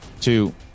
two